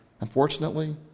Unfortunately